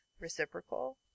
reciprocal